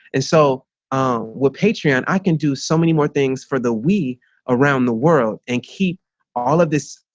and so with patreon, i can do so many more things for the we around the world and keep all of this